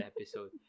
episode